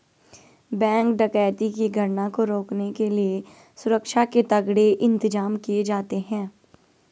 bank डकैती की घटना को रोकने के लिए सुरक्षा के तगड़े इंतजाम किए जाते हैं